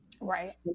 Right